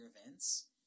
events